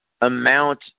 amount